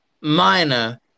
Minor